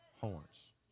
horns